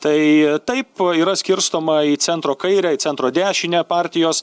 tai taip yra skirstoma į centro kairę į centro dešinę partijos